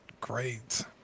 great